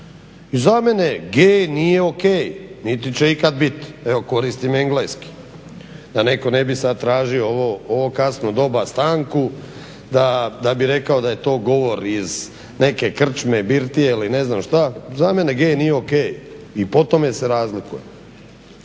I za mene gay nije ok niti će ikad biti, evo koristim engleski da netko ne bi sad tražio u ovo kasno doba stanku da bi rekao da je to govor iz neke krčme, birtije ili ne znam šta, za mene gay nije ok i po tome se razlikujem.